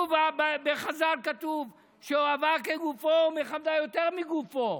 בחז"ל כתוב "שאוהבה כגופו ומכבדה יותר מגופו".